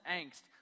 angst